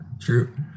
true